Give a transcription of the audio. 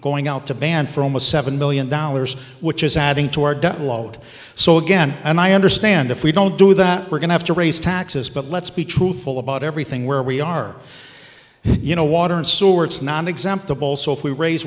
going out to band for almost seven million dollars which is adding to our debt load so again and i understand if we don't do that we're going to have to raise taxes but let's be truthful about everything where we are you know water and sewer it's nonexempt of also if we raise